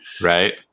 right